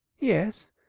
yes,